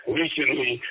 recently